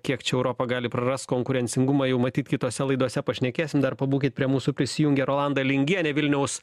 kiek čia europa gali praras konkurencingumą jau matyt kitose laidose pašnekėsim dar pabūkit prie mūsų prisijungė rolanda lingienė vilniaus